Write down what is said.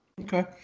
Okay